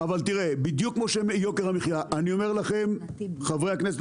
אבל בדיוק כמו יוקר המחיה חברי הכנסת,